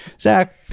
Zach